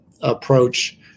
approach